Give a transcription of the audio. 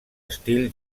estil